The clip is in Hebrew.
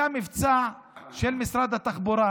היה מבצע של משרד התחבורה